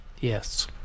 Yes